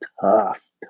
tough